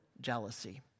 jealousy